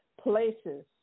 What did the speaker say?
places